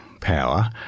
power